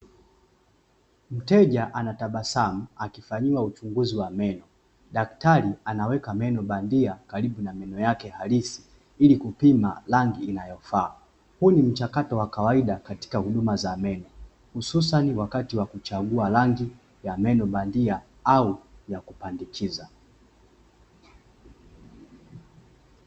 Mteja anatabasamu akifanyiwa uchunguzi wa meno, daktari anaweka meno bandia karibu na meno yake halisi ili kupima rangi inayofaa, huu ni mchakato wa kawaida katika huduma za meno hususani wakati wa kuchagua rangi ya meno bandia au ya kupandikiza.